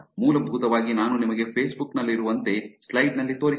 heart ಮೂಲಭೂತವಾಗಿ ನಾನು ನಿಮಗೆ ಫೇಸ್ಬುಕ್ ನಲ್ಲಿರುವಂತೆ ಸ್ಲೈಡ್ ನಲ್ಲಿ ತೋರಿಸಿದೆ